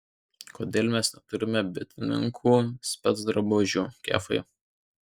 kodėl mes neturime bitininkų specdrabužių kefai